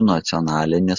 nacionalinis